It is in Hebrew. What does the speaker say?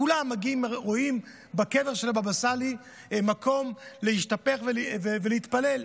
כולם מגיעים ורואים בקבר של הבבא סאלי מקום להשתפך ולהתפלל.